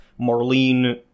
Marlene